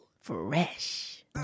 Fresh